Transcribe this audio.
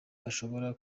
bashobora